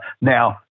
Now